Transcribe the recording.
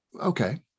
okay